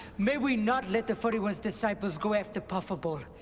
may we not let the furry one's disciples go after puffball?